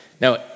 Now